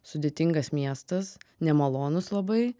sudėtingas miestas nemalonus labai